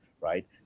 right